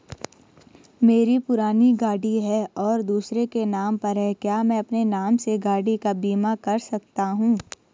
मेरी पुरानी गाड़ी है और दूसरे के नाम पर है क्या मैं अपने नाम से गाड़ी का बीमा कर सकता हूँ?